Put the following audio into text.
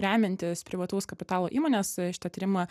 remiantis privataus kapitalo įmonės šitą tyrimą